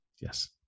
Yes